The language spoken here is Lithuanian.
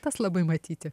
tas labai matyti